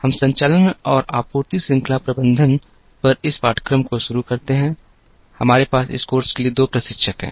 हम संचालन और आपूर्ति श्रृंखला प्रबंधन पर इस पाठ्यक्रम को शुरू करते हैं हमारे पास इस कोर्स के लिए दो प्रशिक्षक हैं